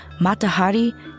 Matahari